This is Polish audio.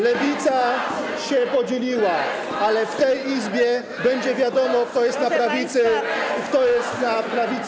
Lewica się podzieliła, ale w tej Izbie będzie wiadomo, kto jest na prawicy, kto jest na lewicy.